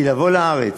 כי לבוא לארץ,